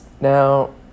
Now